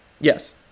yes